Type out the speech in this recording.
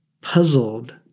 puzzled